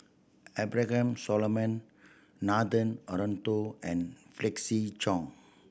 Abraham Solomon Nathan Hartono and Felix Cheong